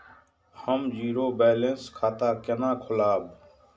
हम zero balance खाता केना खोलाब?